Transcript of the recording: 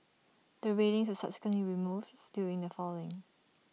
the railings subsequently removed doing the following